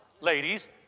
ladies